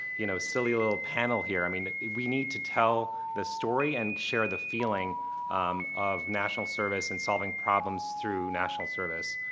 you know, silly little panel here. i mean, we need to tell the story and share the feeling of national service and solving problems problems through national service.